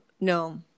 no